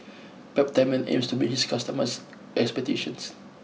Peptamen aims to meet its customers' expectations